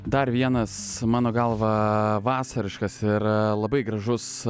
dar vienas mano galva vasariškas ir labai gražus